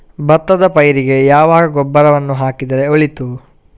ಭತ್ತದ ಪೈರಿಗೆ ಯಾವಾಗ ಗೊಬ್ಬರವನ್ನು ಹಾಕಿದರೆ ಒಳಿತು?